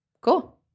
Cool